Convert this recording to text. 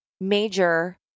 major